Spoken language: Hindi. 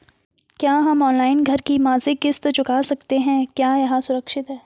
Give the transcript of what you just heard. क्या हम ऑनलाइन घर की मासिक किश्त चुका सकते हैं क्या यह सुरक्षित है?